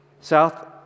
South